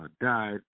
died